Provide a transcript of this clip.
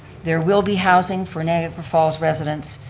there will be housing for niagara falls residents,